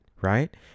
right